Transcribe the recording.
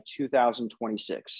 2026